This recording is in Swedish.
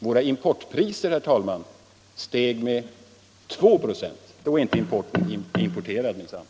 Våra importpriser, herr talman, steg med 2 96. Då är inte inflationen importerad minsann!